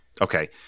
Okay